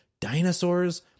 Dinosaurs